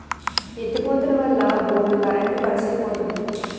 ఎత్తి పోతలవల్ల బోల్డు కరెంట్ కరుసైపోతంది